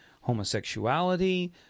homosexuality